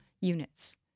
units